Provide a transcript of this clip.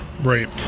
Right